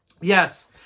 Yes